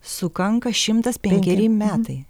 sukanka šimtas penkeri metai